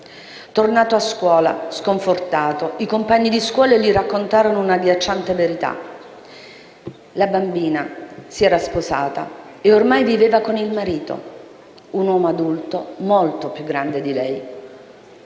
Tornato a scuola, sconfortato, i compagni di scuola gli raccontarono una agghiacciante verità: la bambina si era sposata e ormai viveva con il marito, un uomo adulto molto più grande di lei.